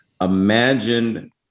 imagine